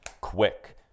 quick